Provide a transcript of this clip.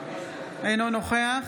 אינו נוכח